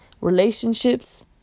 Relationships